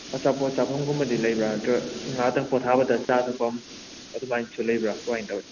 ꯑꯆꯥꯄꯣꯠ ꯆꯥꯐꯝꯒꯨꯝꯕꯗꯤ ꯂꯩꯕ꯭ꯔꯥ ꯅꯠꯇ꯭ꯔ ꯁꯨꯝ ꯉꯥꯏꯍꯥꯛ ꯇꯪ ꯄꯣꯊꯥꯕꯗ ꯆꯥ ꯊꯛꯐꯝ ꯑꯗꯨꯃꯥꯏꯅꯁꯨ ꯂꯩꯕ꯭ꯔꯥ ꯀꯃꯥꯏꯅ ꯇꯧꯋꯤ